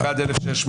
הצבעה לא אושרה.